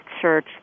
church